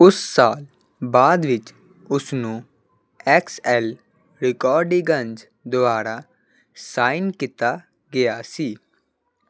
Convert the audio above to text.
ਉਸ ਸਾਲ ਬਾਅਦ ਵਿੱਚ ਉਸਨੂੰ ਐਕਸ ਐੱਲ ਰਿਕਾਰਡਿੰਗਜ਼ ਦੁਆਰਾ ਸਾਈਨ ਕੀਤਾ ਗਿਆ ਸੀ